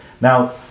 Now